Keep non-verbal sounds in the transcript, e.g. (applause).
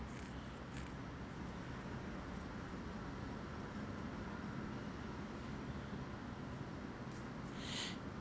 (breath)